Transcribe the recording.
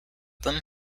them